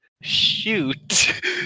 shoot